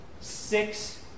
six